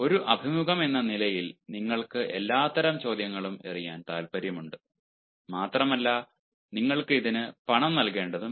ഒരു അഭിമുഖം എന്ന നിലയിൽ നിങ്ങൾക്ക് എല്ലാത്തരം ചോദ്യങ്ങളും എറിയാൻ താൽപ്പര്യമുണ്ട് മാത്രമല്ല നിങ്ങൾ ഇതിന് പണം നൽകേണ്ടതും ഇല്ല